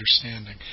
understanding